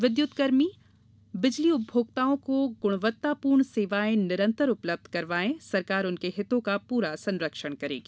विद्युत कर्मी बिजली उपभोक्ताओं को गुणवत्तापूर्ण सेवाएँ निरंतर उपलब्ध करवाएं सरकार उनके हितों का पूरा संरक्षण करेगी